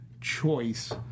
choice